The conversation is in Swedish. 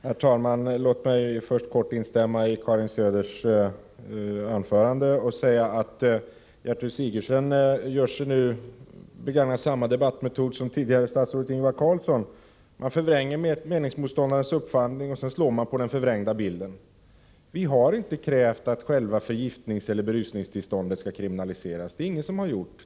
Herr talman! Låt mig först kort instämma i Karin Söders anförande och säga att Gertrud Sigurdsen begagnar samma debattmetod som statsrådet Ingvar Carlsson gjorde tidigare. Man förvränger meningsmotståndarens uppfattning, och så slår man på den förvrängda bilden. Vi har inte krävt att själva förgiftningseller berusningstillståndet skall kriminaliseras. Det är det ingen som har gjort.